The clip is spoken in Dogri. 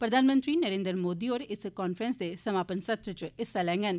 प्रधानमंत्री नरेन्द्र मोदी होर इस कांफ्रैंस दे समापन सत्र इच हिस्सा लैंडन